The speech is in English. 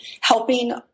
helping